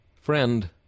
Friend